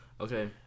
Okay